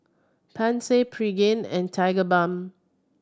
Pansy Pregain and Tigerbalm